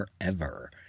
forever